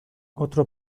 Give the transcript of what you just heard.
otro